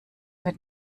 mit